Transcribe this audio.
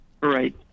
Right